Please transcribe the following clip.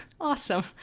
Awesome